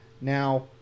Now